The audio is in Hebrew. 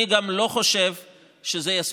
אני גם לא חושב שזה יספיק,